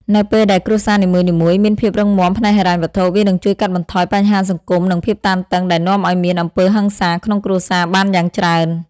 នៅពេលដែលគ្រួសារនីមួយៗមានភាពរឹងមាំផ្នែកហិរញ្ញវត្ថុ វានឹងជួយកាត់បន្ថយបញ្ហាសង្គម និងភាពតានតឹងដែលនាំឱ្យមានអំពើហិង្សាក្នុងគ្រួសារបានយ៉ាងច្រើន។